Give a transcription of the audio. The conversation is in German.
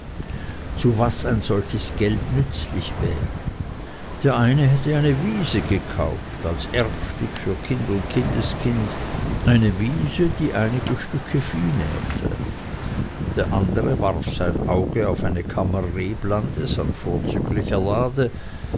zu was ein solches geld nützlich wäre der eine hätte eine wiese gekauft als erbstück für kind und kindeskind eine wiese die einige stücke vieh nährte der andere warf sein auge auf eine kammer rebenlandes an vorzüglicher lage